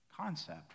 concept